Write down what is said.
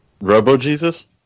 Robo-Jesus